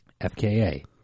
FKA